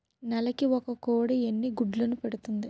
నెలకి ఒక కోడి ఎన్ని గుడ్లను పెడుతుంది?